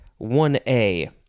1a